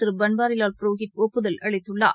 திருபன்வாரிவால் புரோஹித் ஒப்புதல் அளித்துள்ளார்